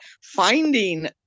finding